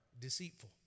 deceitful